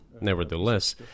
Nevertheless